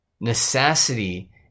necessity